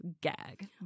gag